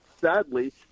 sadly